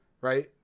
right